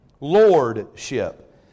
Lordship